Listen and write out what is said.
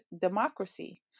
democracy